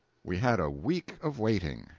we had a week of waiting.